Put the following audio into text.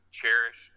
cherish